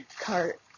cart